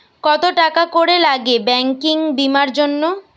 কত টাকা করে লাগে ব্যাঙ্কিং বিমার জন্য?